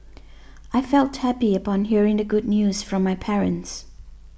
I felt happy upon hearing the good news from my parents